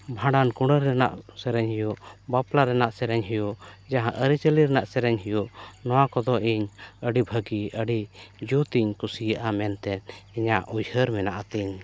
ᱵᱷᱟᱸᱰᱟᱱ ᱠᱩᱰᱟᱹ ᱨᱮᱱᱟᱜ ᱥᱮᱨᱮᱧ ᱦᱩᱭᱩᱜ ᱵᱟᱯᱞᱟ ᱨᱮᱱᱟᱜ ᱥᱮᱨᱮᱧ ᱦᱩᱭᱩᱜ ᱡᱟᱦᱟᱸ ᱟᱹᱨᱤ ᱪᱟᱹᱞᱤ ᱨᱮᱱᱟᱜ ᱥᱮᱨᱮᱧ ᱦᱩᱭᱩᱜ ᱱᱚᱣᱟ ᱠᱚᱫᱚ ᱤᱧ ᱟᱹᱰᱤ ᱵᱷᱟᱹᱜᱤ ᱟᱹᱰᱤ ᱡᱩᱛ ᱤᱧ ᱠᱩᱥᱤᱭᱟᱜᱼᱟ ᱢᱮᱱᱛᱮ ᱤᱧᱟᱹᱜ ᱩᱭᱦᱟᱹᱨ ᱢᱮᱱᱟᱜᱼᱟ ᱛᱤᱧ